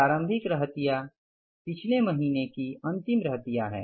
प्रारंभिक रहतिय पिछले महीने की अंतिम रहतिया है